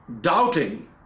doubting